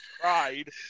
cried